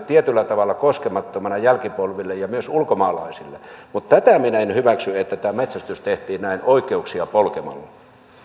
tietyllä tavalla koskemattomana jälkipolville ja myös ulkomaalaisille mutta tätä minä en hyväksy että metsästys tehtiin näin oikeuksia polkemalla